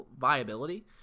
viability